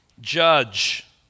Judge